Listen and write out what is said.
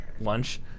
lunch